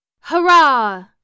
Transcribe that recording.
Hurrah